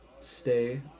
stay